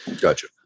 Gotcha